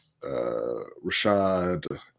rashad